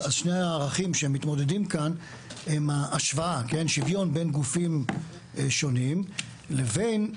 שני הערכים שמתמודדים כאן הם השוויון בין גופים שונים לבין,